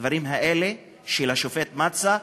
הדברים האלה, של השופט מצא,